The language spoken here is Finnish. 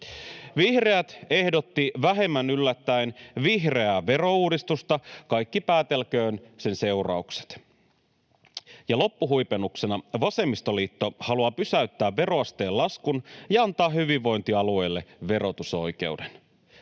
Vihreät ehdottivat vähemmän yllättäen vihreää verouudistusta, kaikki päätelkööt sen seuraukset. Loppuhuipennuksena vasemmistoliitto haluaa pysäyttää veroasteen laskun ja antaa hyvinvointialueille verotusoikeuden